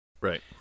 Right